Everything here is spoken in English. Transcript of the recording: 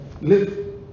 live